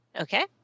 Okay